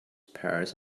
pears